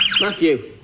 Matthew